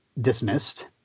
dismissed